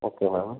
okay ma'am